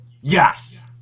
yes